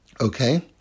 Okay